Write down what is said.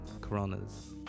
Corona's